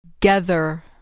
Together